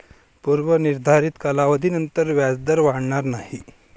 पूर्व निर्धारित कालावधीनंतर व्याजदर वाढणार नाही